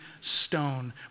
stone